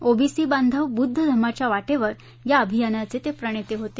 OBC बांधव बुध्द धम्माच्या वाटेवर या अभियानाचे ते प्रणेते होते